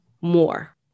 more